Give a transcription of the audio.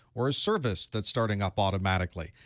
or a service that's starting up automatically.